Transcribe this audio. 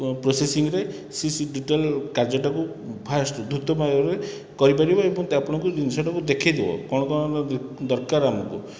ପ୍ରୋସେସିଂରେ ସେ ସେ ଡିଟେଲ କାର୍ଯ୍ୟକାରୀ ଫାଷ୍ଟ ଡିଟେଲ୍ ଧୃତଭାବରେ କରିପାରିବେ ଏବଂ ଆପଣଙ୍କୁ ଜିନିଷଟାକୁ ଦେଖାଇଦେବ କ'ଣ କ'ଣ ଆମକୁ ଦରକାର ଆମକୁ